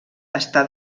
està